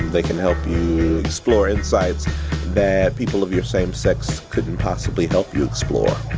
they can help you explore insights that people of your same sex couldn't possibly help you explore.